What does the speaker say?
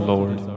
Lord